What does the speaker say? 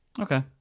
okay